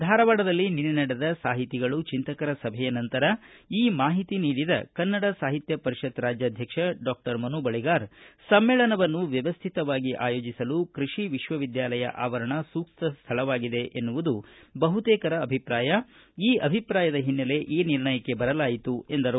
ಧಾರವಾಡದಲ್ಲಿ ನಿನ್ನೆ ನಡೆದ ಸಾಹಿತಿಗಳು ಚಿಂತಕರ ಸಭೆಯ ನಂತರ ಈ ಮಾಹಿತಿ ನೀಡಿದ ಕನ್ನಡ ಸಾಹಿತ್ಯ ಪರಿಷತ್ ರಾಜ್ಯಾದ್ವಕ್ಷ ಅಧ್ಯಕ್ಷ ಡಾಮನು ಬಳಿಗಾರ ಸಮ್ಮೇಳನವನ್ನು ವ್ಯವಸ್ಥಿತವಾಗಿ ಆಯೋಜಿಸಲು ಕೃಷಿ ವಿಶ್ವವಿದ್ಯಾಲಯ ಆವರಣ ಸೂಕ್ತ ಸ್ಥಳವಾಗಿದೆ ಎನ್ನುವ ಬಹುತೇಕರ ಅಭಿಪ್ರಾಯದ ಹಿನ್ನೆಲೆ ಈ ನಿರ್ಣಯಕ್ಕೆ ಬರಲಾಯಿತು ಎಂದರು